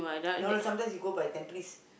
no no sometimes he go by Tampines